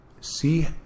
see